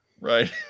Right